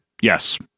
Yes